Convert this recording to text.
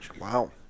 Wow